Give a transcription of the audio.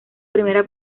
primera